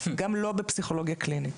גם לא בפסיכולוגיה קלינית.